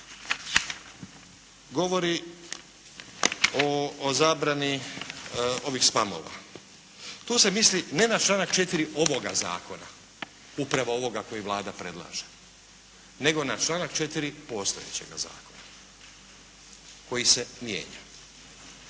govori o zabrani ovih spamova. Tu se misli ne na članak 4. ovoga zakona, upravo ovoga koji Vlada predlaže, nego na članak 4. postojećega zakona koji se mijenja.